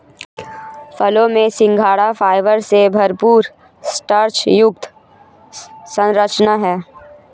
फलों में सिंघाड़ा फाइबर से भरपूर स्टार्च युक्त संरचना है